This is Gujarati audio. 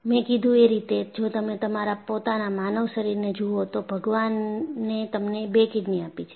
મે કીધું એ રીતે જો તમે તમારા પોતાના માનવ શરીરને જુઓ તો ભગવાને તમને બે કિડની આપી છે